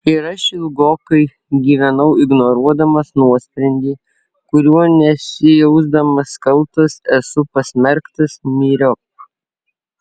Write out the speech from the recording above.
ir aš ilgokai gyvenau ignoruodamas nuosprendį kuriuo nesijausdamas kaltas esu pasmerktas myriop